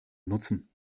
nutzen